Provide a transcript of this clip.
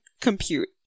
compute